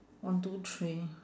one two three